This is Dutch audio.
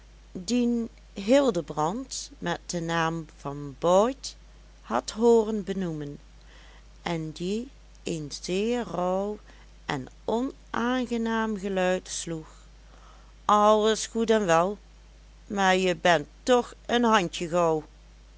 dien hildebrand met den naam van bout had hooren benoemen en die een zeer rauw en onaangenaam geluid sloeg alles goed en wel maar je bent toch een handjegauw